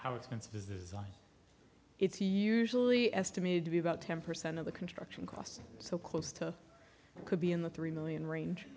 how expensive design it's really estimated to be about ten percent of the construction costs so close to could be in the three million range